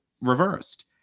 reversed